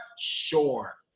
Sure